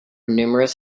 numerous